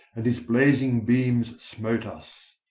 and his blazing beams smote us.